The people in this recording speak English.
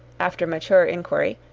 after mature inquiry,